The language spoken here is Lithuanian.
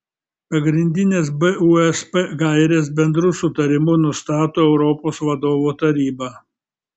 pagrindines busp gaires bendru sutarimu nustato europos vadovų taryba